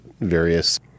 various